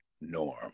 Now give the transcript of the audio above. norm